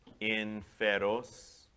inferos